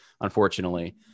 unfortunately